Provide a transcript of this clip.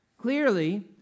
clearly